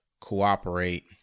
cooperate